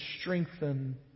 strengthen